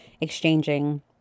exchanging